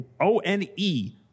O-N-E